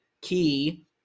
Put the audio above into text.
key